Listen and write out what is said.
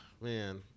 man